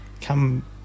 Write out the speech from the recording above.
come